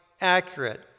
accurate